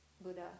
Buddha